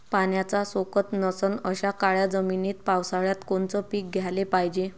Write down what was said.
पाण्याचा सोकत नसन अशा काळ्या जमिनीत पावसाळ्यात कोनचं पीक घ्याले पायजे?